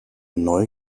neu